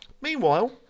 Meanwhile